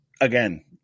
again